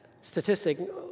statistic